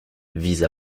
vise